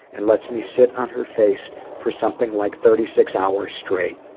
and lets me sit on her face for something like thirty six hours straight.